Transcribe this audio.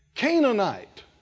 Canaanite